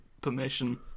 permission